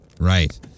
Right